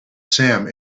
sam